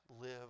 live